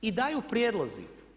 I daju prijedlozi.